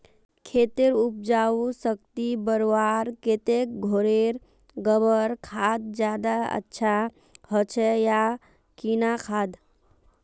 खेतेर उपजाऊ शक्ति बढ़वार केते घोरेर गबर खाद ज्यादा अच्छा होचे या किना खाद?